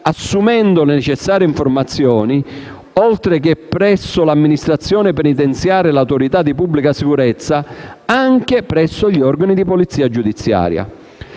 assumendo le necessarie informazioni, oltre che presso l'amministrazione penitenziaria e l'autorità di pubblica sicurezza, anche presso gli organi di polizia giudiziaria.